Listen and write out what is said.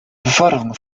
beförderung